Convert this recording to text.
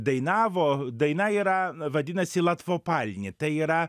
dainavo daina yra vadinasi latvopalni tai yra